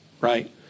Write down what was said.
Right